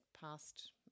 past